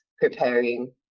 preparing